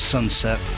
Sunset